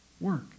work